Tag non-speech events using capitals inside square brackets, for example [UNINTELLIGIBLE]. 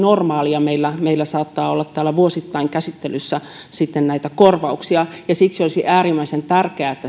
normaali ja meillä saattaa olla täällä sitten vuosittain käsittelyssä näitä korvauksia siksi olisi äärimmäisen tärkeää että [UNINTELLIGIBLE]